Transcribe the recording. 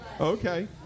Okay